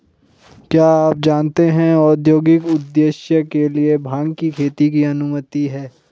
क्या आप जानते है औद्योगिक उद्देश्य के लिए भांग की खेती की अनुमति है?